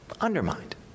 undermined